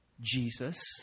Jesus